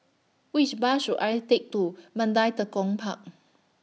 Which Bus should I Take to Mandai Tekong Park